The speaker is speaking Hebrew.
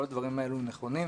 כל הדברים האלה נכונים,